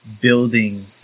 building